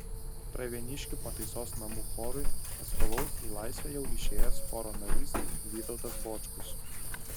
pravieniškių pataisos namų chorui atstovaus į laisvę jau išėjęs choro narys vytautas bočkus